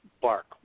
bark